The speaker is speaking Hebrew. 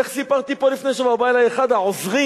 איך סיפרתי פה לפני שבוע, בא אלי אחד העוזרים